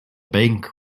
bank